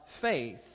faith